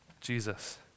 Jesus